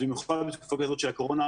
אז במיוחד בתקופה כזאת של הקורונה,